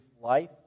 life